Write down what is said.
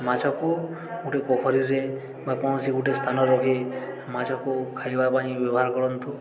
ମାଛକୁ ଗୋଟେ ପୋଖରୀରେ ବା କୌଣସି ଗୋଟେ ସ୍ଥାନ ରଖି ମାଛକୁ ଖାଇବା ପାଇଁ ବ୍ୟବହାର କରନ୍ତୁ